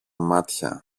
μάτια